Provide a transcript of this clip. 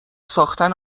ساختن